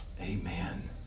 amen